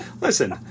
Listen